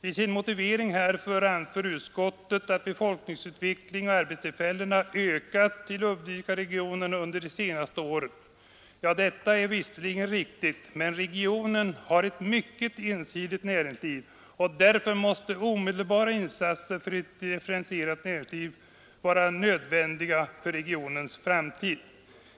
I sin motivering anför utskottet att utvecklingen beträffande befolkning och arbetstillfällen i Ludvikaregionen gått uppåt under de senaste åren. Ja, detta är visserligen riktigt, men regionen har ett mycket ensidigt ä sliv och därf detta nödvändiga för regionens framtid.